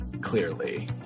clearly